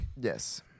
Yes